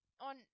on